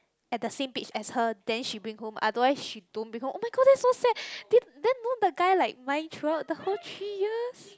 at the same page as her then she bring home otherwise she don't bring home oh-my-god that's so sad then then don't the guy like mind throughout the whole three years